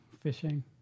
fishing